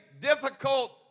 difficult